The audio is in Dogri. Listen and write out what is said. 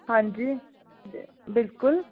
हांजी बिल्कुल